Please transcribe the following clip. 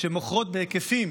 שמוכרות בהיקפים